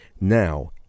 Now